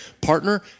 partner